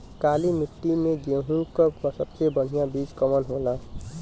काली मिट्टी में गेहूँक सबसे बढ़िया बीज कवन होला?